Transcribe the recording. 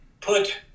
put